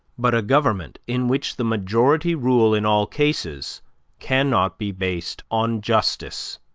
but a government in which the majority rule in all cases can not be based on justice,